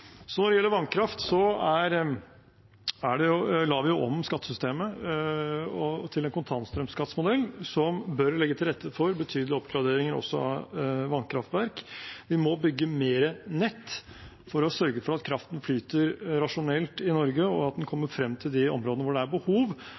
Når det gjelder vannkraft, la vi jo om skattesystemet til en kontantstrømskattmodell som bør legge til rette for betydelig oppgradering også av vannkraftverk. Vi må bygge mer nett for å sørge for at kraften flyter rasjonelt i Norge, og at den